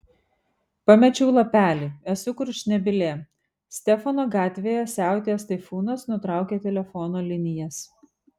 pamečiau lapelį esu kurčnebylė stefano gatvėje siautėjęs taifūnas nutraukė telefono linijas